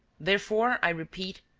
therefore, i repeat,